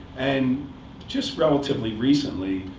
and just relatively recently,